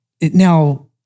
now